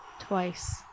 twice